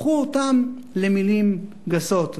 הפכו אותן למלים גסות.